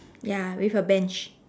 ya with a bench